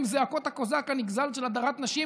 עם זעקת הקוזק הנגזל של הדרת נשים,